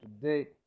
today